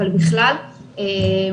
אבל בכלל ובעצם,